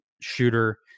shooter—